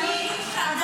מירב.